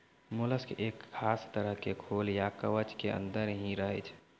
mollusc एक खास तरह के खोल या कवच के अंदर हीं रहै छै